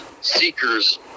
seekers